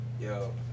Yo